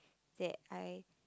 that I